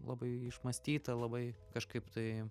labai išmąstyta labai kažkaip tai